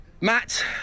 Matt